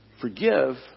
Forgive